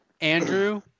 Andrew